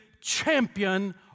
champion